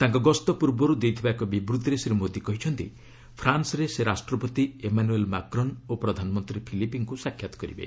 ତାଙ୍କ ଗସ୍ତ ପୂର୍ବରୁ ଦେଇଥିବା ଏକ ବିବୃତ୍ତିରେ ଶ୍ରୀ ମୋଦୀ କହିଛନ୍ତି ଫ୍ରାନ୍ବରେ ସେ ରାଷ୍ଟ୍ରପତି ଏମାନୁଏଲ୍ ମାକ୍ରନ୍ ଓ ପ୍ରଧାନମନ୍ତ୍ରୀ ଫିଲିପିଙ୍କ ସାକ୍ଷାତ କରିବେ